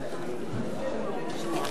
51. הצעת החוק לא